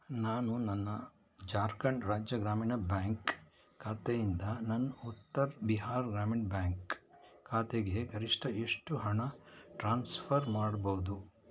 ನಾನು ನನ್ನ ಝಾರ್ಖಂಡ್ ರಾಜ್ಯ ಗ್ರಾಮೀಣ ಬ್ಯಾಂಕ್ ಖಾತೆಯಿಂದ ನನ್ನ ಉತ್ತರ್ ಬಿಹಾರ್ ಗ್ರಾಮೀಣ್ ಬ್ಯಾಂಕ್ ಖಾತೆಗೆ ಗರಿಷ್ಠ ಎಷ್ಟು ಹಣ ಟ್ರಾನ್ಸ್ಫರ್ ಮಾಡ್ಬೋದು